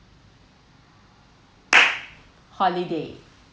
holiday